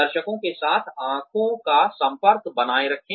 दर्शकों के साथ आंखों का संपर्क बनाए रखें